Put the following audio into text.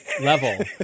level